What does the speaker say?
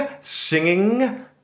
singing